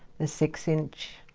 the six inch